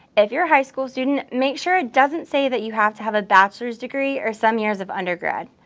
if you're a high school student, make sure it doesn't say that you have to have a bachelors degree or some years of undergrad.